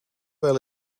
wel